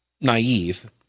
naive